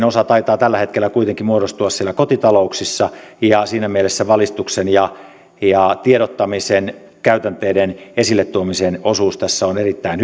osa taitaa tällä hetkellä kuitenkin muodostua siellä kotita louksissa ja siinä mielessä valistuksen ja ja tiedottamisen käytänteiden esilletuomisen osuus tässä on erittäin